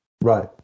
Right